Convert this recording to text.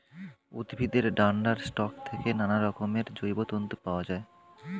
উদ্ভিদের ডান্ডার স্টক থেকে নানারকমের জৈব তন্তু পাওয়া যায়